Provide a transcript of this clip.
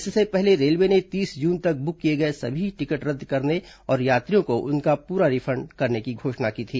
इससे पहले रेलवे ने तीस जून तक बुक किए गए सभी टिकट रद्द करने और यात्रियों को उनका प्रा रिफंड करने की घोषणा की थी